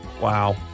Wow